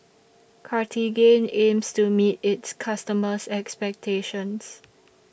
Cartigain aims to meet its customers' expectations